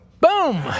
boom